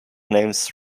names